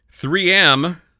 3M